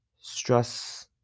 stress